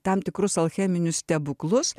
tam tikrus alcheminius stebuklus